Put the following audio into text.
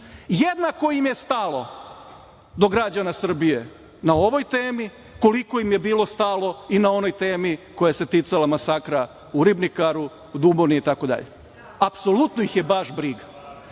Jednako im je stalo do građana Srbije na ovoj temi koliko im je bilo stalo i na onoj temi koja se ticala masakra u „Ribnikaru“, u Duboni itd. Apsolutno ih je baš briga.